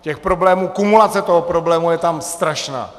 Těch problémů, kumulace toho problému je tam strašná.